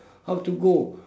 how to go